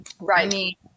Right